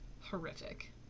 horrific